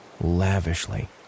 lavishly